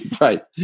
right